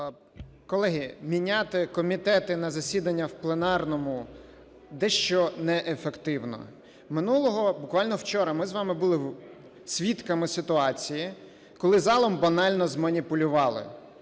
Колеги, міняти комітети на засідання в пленарному дещо неефективно. Минулого, буквально, вчора, ми з вами були свідками ситуації, коли залом банально зманіпулювали,